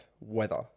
weather